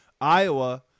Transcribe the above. Iowa